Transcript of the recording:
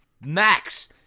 max